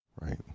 right